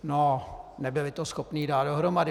No, nebyli to schopni dát dohromady.